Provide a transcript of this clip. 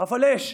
אבל אש,